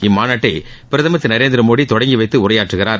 இம்மாநாட்டை பிரதமர் திரு நரேந்திர மோடி தொடங்கி வைத்து உரையாற்றுகிறார்